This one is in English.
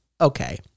okay